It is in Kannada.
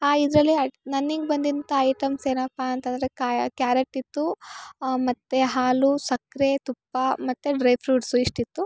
ಆ ಇದರಲ್ಲಿ ಐ ನನಗೆ ಬಂದಂಥ ಐಟಮ್ಸ್ ಏನಪ್ಪ ಅಂತಂದರೆ ಕಾಯಿ ಕ್ಯಾರೆಟ್ ಇತ್ತು ಮತ್ತು ಹಾಲು ಸಕ್ಕರೆ ತುಪ್ಪ ಮತ್ತು ಡ್ರೈ ಫ್ರೂಟ್ಸು ಇಷ್ಟು ಇತ್ತು